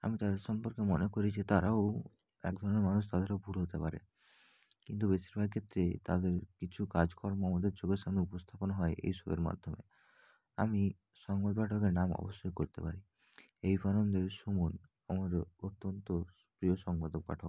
আমি তাদের সম্পর্কে মনে করি যে তারাও এক ধরনের মানুষ তাদেরও ভুল হতে পারে কিন্তু বেশিরভাগ ক্ষেত্রেই তাদের কিছু কাজকর্ম ওদের চোখের সামনে উপস্থাপন হয় এই শোয়ের মাধ্যমে আমি সংবাদ পাঠকের নাম অবশ্যই করতে পারি এবিপি আনন্দের সুমন আমার অত্যন্ত প্রিয় সংবাদক পাঠক